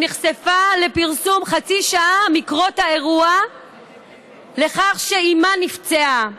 שנחשפה לפרסום חצי שעה מקרות האירוע שבו אימה נפצעה.